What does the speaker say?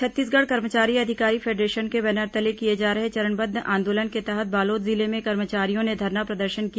छत्तीसगढ़ कर्मचारी अधिकारी फेडरेशन के बैनर तले किए जा रहे चरणबद्ध आंदोलन के तहत बालोद जिले में कर्मचारियों ने धरना प्रदर्शन किया